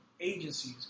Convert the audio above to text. agencies